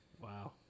Wow